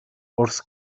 wrth